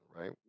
right